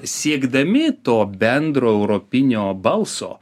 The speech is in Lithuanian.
siekdami to bendro europinio balso